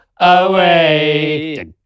away